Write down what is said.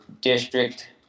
district